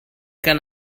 can